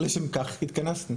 לשם כך התכנסנו.